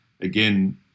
again